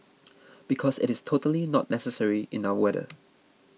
because it is totally not necessary in our weather